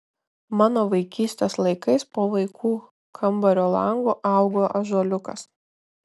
mano vaikystės laikais po vaikų kambario langu augo ąžuoliukas